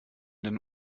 den